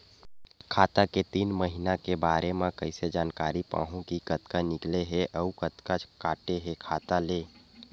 खाता के तीन महिना के बारे मा कइसे जानकारी पाहूं कि कतका निकले हे अउ कतका काटे हे खाता ले?